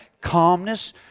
calmness